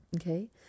Okay